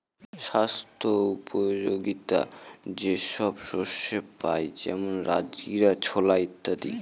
স্বাস্থ্যোপযোগীতা যে সব শস্যে পাই যেমন রাজগীরা, ছোলা ইত্যাদি